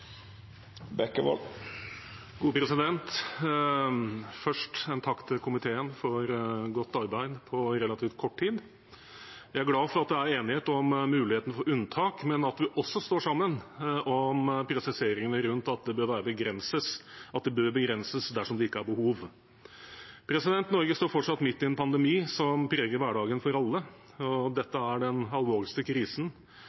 Først en takk til komiteen for godt arbeid på relativt kort tid. Jeg er glad for at det er enighet om muligheten for unntak, men at vi også står sammen om presiseringene rundt at det bør begrenses dersom det ikke er behov. Norge står fortsatt midt i en pandemi som preger hverdagen for alle. Dette er den alvorligste krisen for Norge siden andre verdenskrig, og